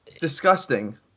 disgusting